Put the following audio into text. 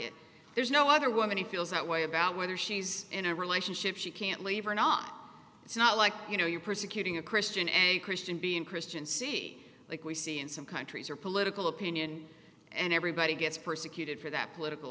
it there's no other woman he feels that way about whether she's in a relationship she can't leave or not it's not like you know you're persecuting a christian and a christian being christian see like we see in some countries or political opinion and everybody gets persecuted for that political